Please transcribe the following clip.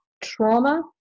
trauma